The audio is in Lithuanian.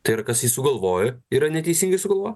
tai yra kas jį sugalvojo yra neteisingai sugalvojo